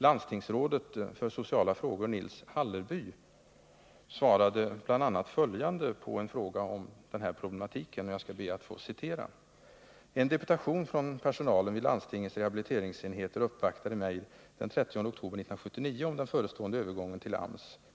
Landstingsrådet för sociala frågor, Nils Hallerby, svarade bl.a. följande på en fråga om den här problematiken: ”En deputation från personalen vid landstingets rehabiliteringsenheter uppvaktade mig den 30 oktober 1979 om den förestående övergången till AMS.